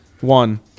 One